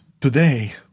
Today